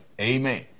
Amen